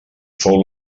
fou